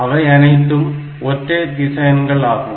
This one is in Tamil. அவை அனைத்தும் ஒற்றை திசையன்கள் ஆகும்